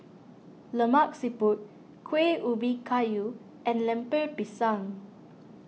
Lemak Siput Kueh Ubi Kayu and Lemper Pisang